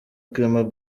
clement